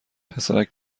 پسرک